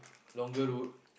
longer road